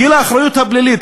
גיל האחריות הפלילית,